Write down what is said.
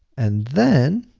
and then,